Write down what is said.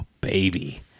baby